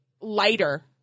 lighter